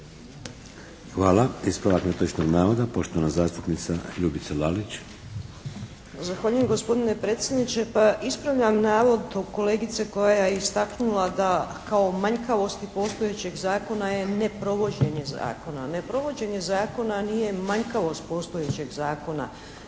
Pa ispravljam navod kolegice koja je istaknula da kao manjkavosti postojećeg zakona je neprovođenje zakona. Neprovođenje zakona nije manjkavost postojećeg zakona.